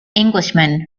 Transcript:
englishman